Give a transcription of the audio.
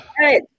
right